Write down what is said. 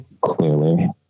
clearly